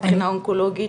מבחינה אונקולוגית?